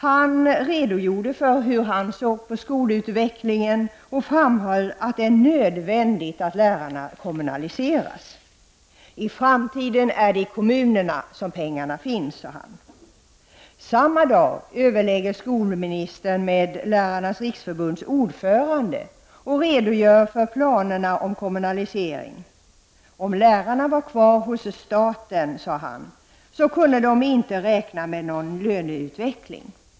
Han redogjorde för hur han såg på skolutvecklingen och framhöll att det är nödvändigt att lärarna kommunaliseras. I framtiden är det i kommunerna som pengarna finns, sade han. Samma dag överlägger skolministern med Lärarnas riksförbunds ordförande och redogör för planerna om kommunalisering. Om lärarna var kvar hos staten, sade han, kunde de inte räkna med någon löneutveckling.